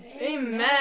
amen